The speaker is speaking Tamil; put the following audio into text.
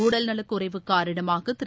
உடல்நலக் குறைவு காரணமாகதிரு